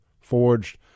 forged